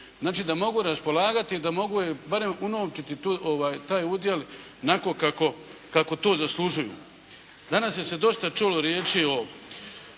oni da mogu raspolagati, da mogu barem unovčiti taj udjel onako kako to zaslužuju. Danas se je dosta čulo riječi